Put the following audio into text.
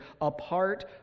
apart